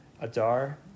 Adar